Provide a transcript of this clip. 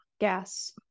gas